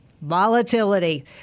volatility